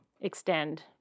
extend